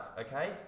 okay